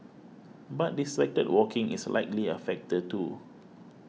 but distracted walking is likely a factor too